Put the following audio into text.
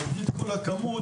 מגדיל את כל הכמות.